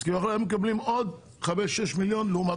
הם מקבלים עוד 6-5 מיליון שקלים לעומת